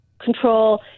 control